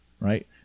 Right